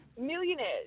millionaires